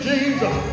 Jesus